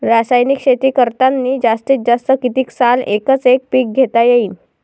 रासायनिक शेती करतांनी जास्तीत जास्त कितीक साल एकच एक पीक घेता येईन?